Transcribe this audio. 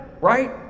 right